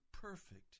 perfect